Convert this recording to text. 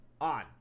on